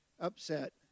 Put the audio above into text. upset